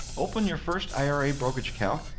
open your first ira brokerage account,